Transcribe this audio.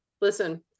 listen